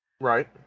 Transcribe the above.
Right